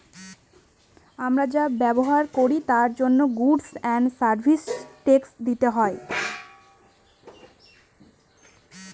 আমরা যা ব্যবহার করি তার জন্য গুডস এন্ড সার্ভিস ট্যাক্স দিতে হয়